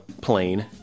plane